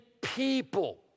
people